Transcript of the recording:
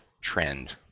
trend